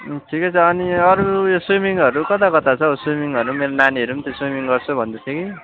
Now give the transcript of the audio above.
ठिकै छ अनि यो स्विमिङहरू कता कता छ हौ स्विमिङहरू पनि नानीहरू पनि त्यो स्विमिङ गर्छु भन्दैछ कि